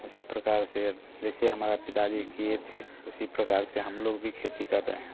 उसी प्रकार से जैसे हमारे पिता जी किए थे उसी प्रकार से हम लोग भी खेती कर रहे हैं